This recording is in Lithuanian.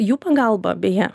jų pagalba beje